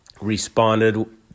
responded